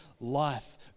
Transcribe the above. life